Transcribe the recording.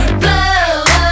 blow